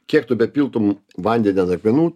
kiek tu bepiltum vandenį an akmenų